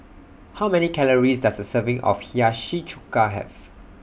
How Many Calories Does A Serving of Hiyashi Chuka Have